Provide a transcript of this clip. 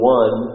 one